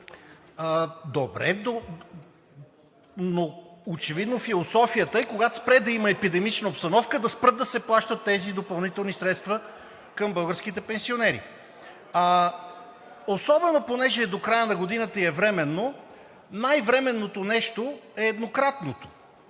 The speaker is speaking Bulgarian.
Добре, но очевидно философията е, когато спре да има епидемична обстановка, да спрат да се плащат тези допълнителни средства към българските пенсионери. Понеже е до края на годината и е временно, най-временното нещо е еднократното.